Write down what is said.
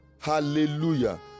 hallelujah